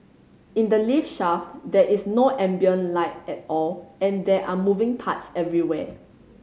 in the lift shaft there is no ambient light at all and there are moving parts everywhere